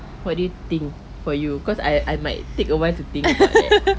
what do you think for you because I I might take awhile to think about that